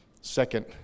Second